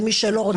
ומי שלא רוצה,